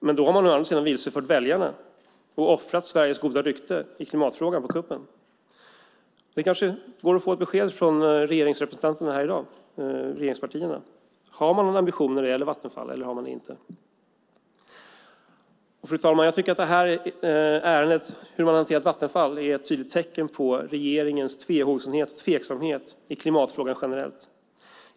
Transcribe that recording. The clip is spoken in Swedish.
Men då har man å andra sidan vilsefört väljarna och offrat Sveriges goda rykte i klimatfrågan på kuppen. Det går kanske att få ett besked från regeringspartierna här i dag: Har man någon ambition när det gäller Vattenfall, eller har man det inte? Fru talman! Jag tycker att det här ärendet, hur man har hanterat Vattenfall, är ett tydligt tecken på regeringens tvehågsenhet, tveksamhet, i klimatfrågan generellt.